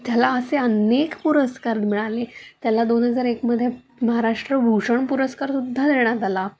त्याला असे अनेक पुरस्कार मिळाले त्याला दोन हजार एकमध्ये महाराष्ट्र भूषण पुरस्कारसुद्धा देण्यात आला